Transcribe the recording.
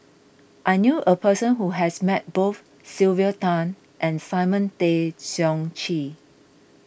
I knew a person who has met both Sylvia Tan and Simon Tay Seong Chee